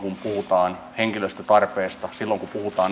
kun puhutaan henkilöstötarpeesta silloin